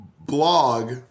blog